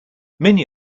many